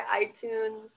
iTunes